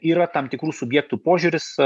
yra tam tikrų subjektų požiūris